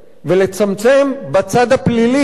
ולצמצם בצד הפלילי.